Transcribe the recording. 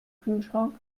kühlschrank